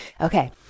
Okay